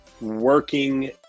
working